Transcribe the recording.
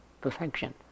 perfection